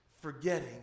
forgetting